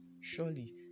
surely